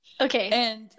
Okay